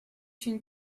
une